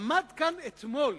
עמד כאן אתמול